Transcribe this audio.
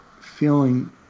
feeling